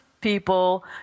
people